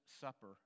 supper